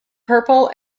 purple